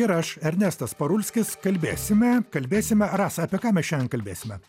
ir aš ernestas parulskis kalbėsime kalbėsime rasa apie ką mes šiandien kalbėsime